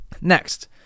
Next